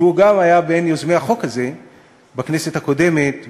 שהיה גם בין יוזמי החוק הזה בכנסת הקודמת ועכשיו,